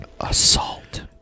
Assault